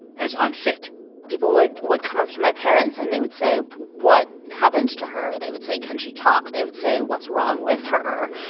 as unfit people would would come up to my parents and they would say, what happened to her? they would say, can she talk? they would say, what's wrong with her?